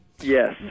Yes